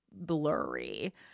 blurry